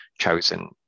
chosen